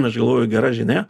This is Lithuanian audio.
aš galvoju gera žinia